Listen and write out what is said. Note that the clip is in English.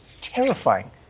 terrifying